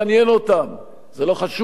זה לא חשוב להם, זה לא אכפת להם.